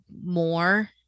more